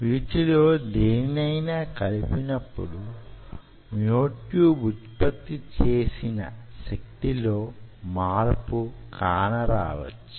వీటిలో దేనినైనా కలిపినప్పుడు మ్యోట్యూబ్ ఉత్పత్తి చేసిన శక్తిలో మార్పు కానరావొచ్చు